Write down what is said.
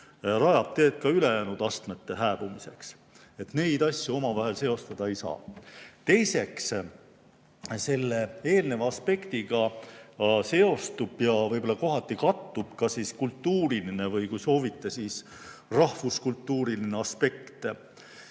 rajab teed ka ülejäänud astmete hääbumiseks. Neid asju omavahel seostada ei saa. Teiseks, selle eelmise aspektiga seostub ja võib-olla kohati kattub ka kultuuriline või kui soovite, siis rahvuskultuuriline aspekt.